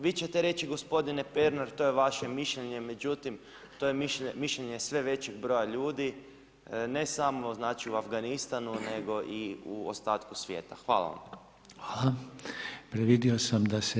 Vi ćete reći gospodine Pernar, to je vaše mišljenje, međutim to je mišljenje sve većeg broja ljudi, ne samo znači u Afganistanu nego i u ostatku svijetu.